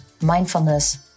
mindfulness